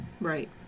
Right